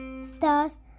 stars